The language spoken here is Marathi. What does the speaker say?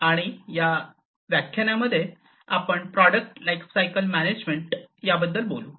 आणि या व्याख्यानामध्ये आपण प्रॉडक्ट लाइफसायकल मॅनेजमेन्ट बद्दल बोलू